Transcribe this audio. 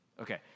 Okay